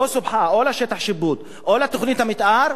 סופחה או לשטח שיפוט או לתוכנית המיתאר,